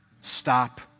stop